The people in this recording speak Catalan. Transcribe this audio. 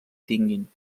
tinguin